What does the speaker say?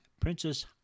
Princess